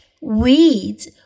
weeds